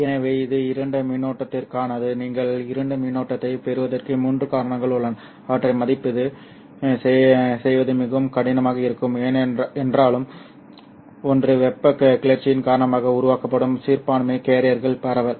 எனவே இது இருண்ட மின்னோட்டத்திற்கானது நீங்கள் இருண்ட மின்னோட்டத்தைப் பெறுவதற்கு மூன்று காரணங்கள் உள்ளன அவற்றை மதிப்பீடு செய்வது மிகவும் கடினமாக இருக்கும் என்றாலும் ஒன்று வெப்பக் கிளர்ச்சிகளின் காரணமாக உருவாக்கப்படும் சிறுபான்மை கேரியர்களின் பரவல்